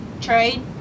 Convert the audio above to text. Trade